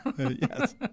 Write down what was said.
Yes